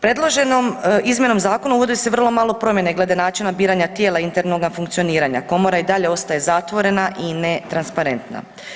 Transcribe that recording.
Predloženom izmjenom zakona uvodi se vrlo malo promjena glede načina biranja tijela internoga funkcioniranja, komora i dalje ostaje zatvorena i netransparentna.